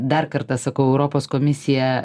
dar kartą sakau europos komisija